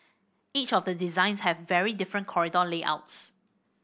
each of the designs have very different corridor layouts